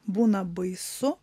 būna baisu